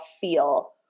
feel